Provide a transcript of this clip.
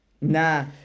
Nah